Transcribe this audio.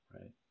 right